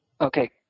Okay